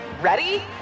Ready